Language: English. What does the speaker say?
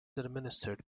administered